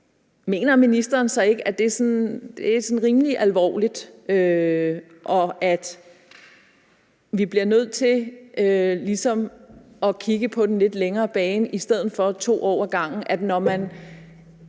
mener ministeren så ikke, at det er sådan rimelig alvorligt, og at vi bliver nødt til ligesom at kigge på den lidt længere bane i stedet for at gøre